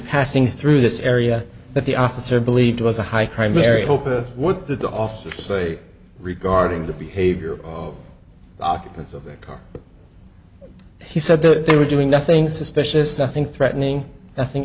passing through this area but the officer believed it was a high crime area hope what the officers say regarding the behavior of the occupants of the car he said that they were doing nothing suspicious nothing threatening nothing